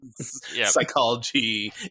psychology